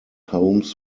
homes